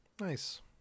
nice